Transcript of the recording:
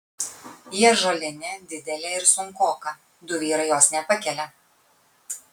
ji ąžuolinė didelė ir sunkoka du vyrai jos nepakelia